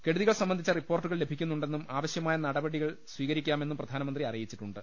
കെടു തികൾ സംബന്ധിച്ച റിപ്പോർട്ടുകൾ ലഭിക്കുന്നുണ്ടെന്നും ആവ ശ്യമായ നടപടി സ്വീകരിക്കാമെന്നും പ്രധാനമന്ത്രി അറി യിച്ചിട്ടുണ്ട്